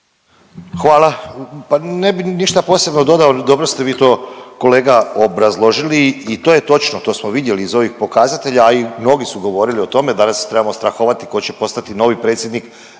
Hvala. Pa ne bih ništa posebno dodao. Dobro ste vi to kolega obrazložili i to je točno, to smo vidjeli iz ovih pokazatelja, a i mnogi su govorili o tome, da li trebamo strahovati tko će postati novi predsjednik